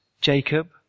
Jacob